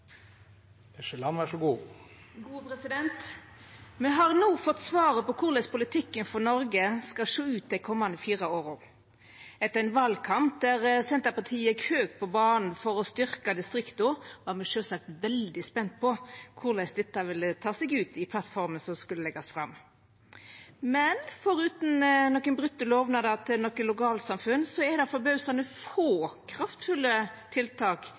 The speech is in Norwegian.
sjå ut dei komande fire åra. Etter ein valkamp der Senterpartiet gjekk høgt på banen for å styrkja distrikta, var me sjølvsagt veldig spente på korleis dette ville ta seg ut i plattforma som skulle leggjast fram. Forutan nokre brotne lovnader til nokre lokalsamfunn er det forbausande få kraftfulle tiltak